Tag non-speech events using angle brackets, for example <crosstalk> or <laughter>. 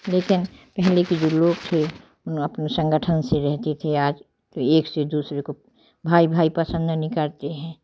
लेकिन पहले के जो लोग थे <unintelligible> अपने संगठन से रहते थे आज एक से दूसरे को भाई भाई पसंद नहीं करते हैं